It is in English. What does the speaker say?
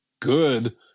Good